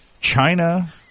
China